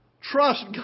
trust